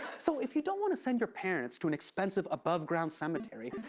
so if you don't want to send your parents to an expensive above-ground cemetery,